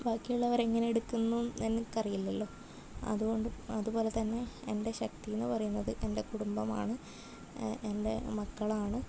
ബാക്കിയുള്ളവരെങ്ങനെ എടുക്കുന്നു എനിക്കറിയില്ലല്ലോ അതുകൊണ്ട് അതുപോലെതന്നെ എൻ്റെ ശക്തിയെന്ന് പറയുന്നത് എൻ്റെ കുടുംബമാണ് എൻ്റെ മക്കളാണ്